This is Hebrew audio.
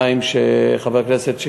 חבר הכנסת גנאים,